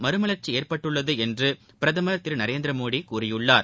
மறுமலாச்சி ஏற்பட்டுள்ளது என்று பிரதமர் திரு நரேந்திரமோடி கூறியுள்ளார்